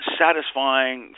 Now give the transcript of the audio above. satisfying